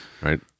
right